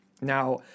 Now